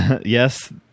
yes